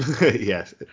yes